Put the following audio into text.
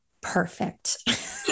perfect